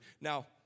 Now